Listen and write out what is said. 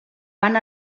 van